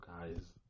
guys